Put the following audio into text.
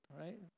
right